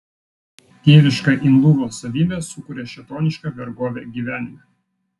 dieviška imlumo savybė sukuria šėtonišką vergovę gyvenime